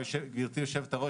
גברתי היושבת-ראש,